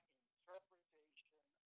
interpretation